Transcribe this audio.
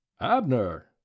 Abner